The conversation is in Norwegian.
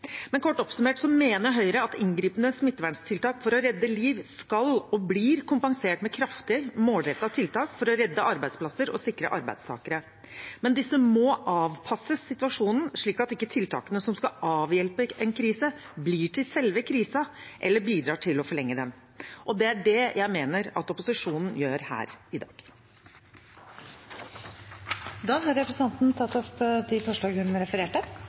Kort oppsummert mener Høyre at inngripende smitteverntiltak for å redde liv skal bli og blir kompensert med kraftige, målrettede tiltak for å redde arbeidsplasser og sikre arbeidstakere, men at disse må avpasses situasjonen slik at ikke tiltakene som skal avhjelpe en krise, blir til selve krisen eller bidrar til å forlenge den. Det er det jeg mener opposisjonen gjør her i dag. Representanten Nordby Lunde har tatt opp det forslaget hun refererte